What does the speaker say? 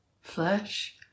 flesh